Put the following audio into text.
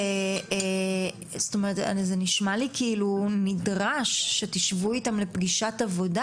זה נשמע לי שנדרש שתשבו איתם לפגישת עבודה,